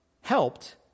helped